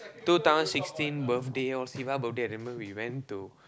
two thousand sixteen birthday lor siva birthday I remember we went to